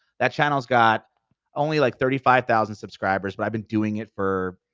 that channel's got only like thirty five thousand subscribers, but i've been doing it for,